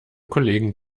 kollegen